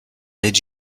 did